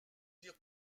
dire